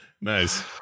Nice